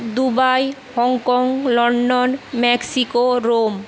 Dubai Hong Kong London Mexico Rome